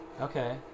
Okay